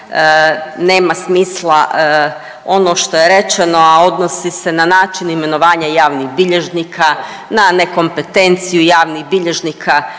nema smisla ono što je rečeno, a odnosi se na način imenovanja javnih bilježnika, na nekompetenciju javnih bilježnika.